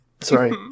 Sorry